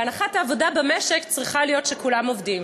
והנחת העבודה במשק צריכה להיות שכולם עובדים.